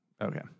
okay